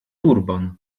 turban